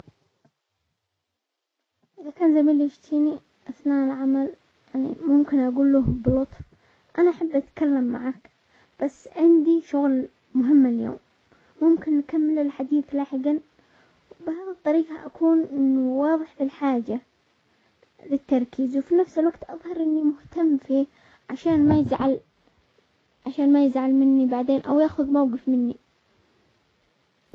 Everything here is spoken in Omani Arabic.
اذا كان زميلي يشتيني اثناء العمل يعني ممكن اقول له بلطف انا احب اتكلم معاك بس عندي شغل مهم اليوم ممكن نكمل الحديث لاحقا، وبهذه الطريقة اكون انه واضح في الحاجة للتركيز وفي نفس الوقت اظهر اني مهتم فيه عشان ما يزعل-عشان ما يزعل مني بعدين او ياخذ موقف مني.